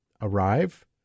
arrive